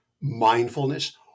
mindfulness